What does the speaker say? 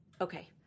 Okay